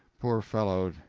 poor fellow,